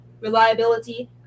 reliability